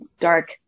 dark